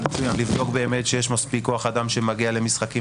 לבדוק באמת שיש מספיק כוח אדם שמגיע למשחקים